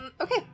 okay